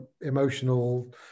emotional